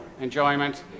enjoyment